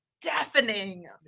deafening